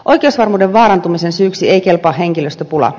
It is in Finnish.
oikeusvarmuuden vaarantumisen syyksi ei kelpaa henkilöstöpula